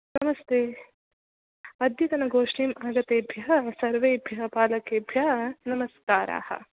नमस्ते अद्यतनगोष्ठीम् आगतेभ्यः सर्वेभ्यः पालकेभ्यः नमस्काराः